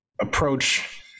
approach